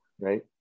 right